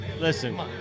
Listen